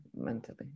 mentally